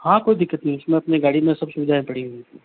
हाँ कोई दिक्कत नहीं है उसमें अपनी गाड़ी में सब सुविधाएं पड़ी हुई है अपने पास